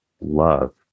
Love